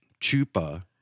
chupa